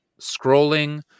Scrolling